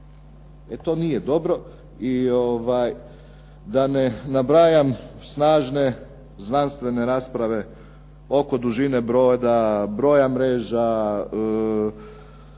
E to nije dobro. Da ne nabrajam snažne znanstvene rasprave oko dužine broda, broja